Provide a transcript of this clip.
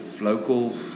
local